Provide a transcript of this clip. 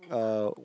uh